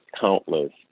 countless